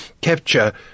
capture